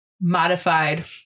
modified